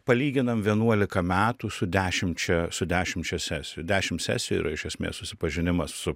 palyginam vienuolika metų su dešimčia su dešimčia sesijų dešim sesijų yra iš esmės susipažinimas su